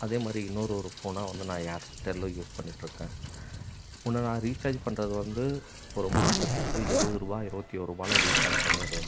அதே மாதிரி இன்னொரு ஒரு ஃபோனாக வந்து நான் ஏர்டெல் யூஸ் பண்ணிட்டு இருக்கேன் முன்னே நான் ரீசார்ஜ் பண்ணுறது வந்து ஒரு மாதத்துக்கு இருபது ரூபாய் இருபத்தி ஒர் ரூபாயில் ரீசார்ஜ் பண்ணிடுலாம்